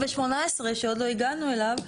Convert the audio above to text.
שעוד לא הגענו אליו,